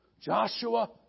Joshua